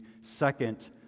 second